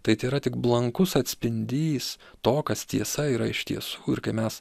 tai tėra tik blankus atspindys to kas tiesa yra iš tiesų ir kai mes